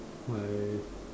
my